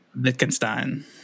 Wittgenstein